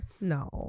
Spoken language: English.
no